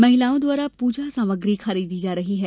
महिलाओं द्वारा पूजा सामग्री खरीदी जा रही है